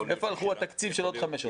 איפה הלך התקציב של עוד חמש שעות?